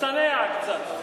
תצטנע קצת.